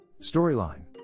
Storyline